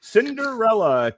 Cinderella